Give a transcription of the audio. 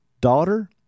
Daughter